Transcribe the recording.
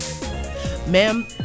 Ma'am